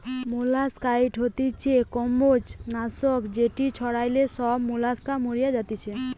molluscicide হতিছে কম্বোজ নাশক যেটি ছড়ালে সব মোলাস্কা মরি যাতিছে